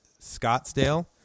Scottsdale